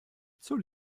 zur